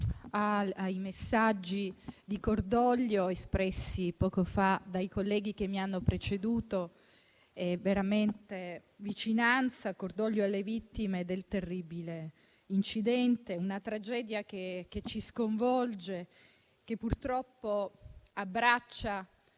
ai messaggi di cordoglio espressi poco fa dai colleghi che mi hanno preceduto, nonché di vicinanza alle vittime del terribile incidente. È una tragedia che ci sconvolge e che purtroppo abbraccia